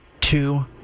two